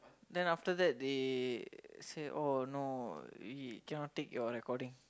then after that they say oh no we cannot take your recording